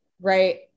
right